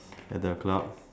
at the club